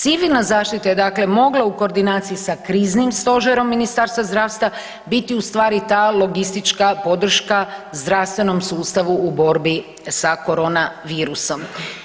Civilna zaštita je dakle mogla u koordinaciji sa kriznim stožerom Ministarstva zdravstva biti u stvari ta logistička podrška zdravstvenom sustavu u borbi sa koronavirusom.